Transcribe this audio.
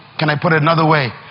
can i put it another way?